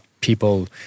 People